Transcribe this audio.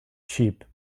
cheap